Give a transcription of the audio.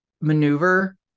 maneuver